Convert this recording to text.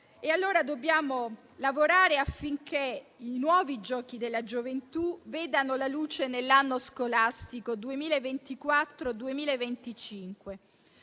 allora lavorare affinché i nuovi Giochi della gioventù vedano la luce nell'anno scolastico 2024-2025;